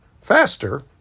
faster